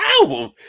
album